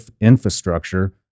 infrastructure